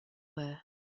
were